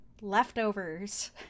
leftovers